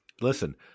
Listen